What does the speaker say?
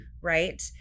right